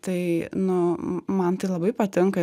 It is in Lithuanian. tai nu man tai labai patinka